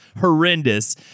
horrendous